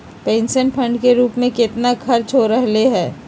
Pension fund के रूप में कितना खर्च हो रहले है?